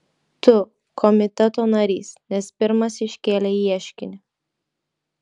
tu komiteto narys nes pirmas iškėlei ieškinį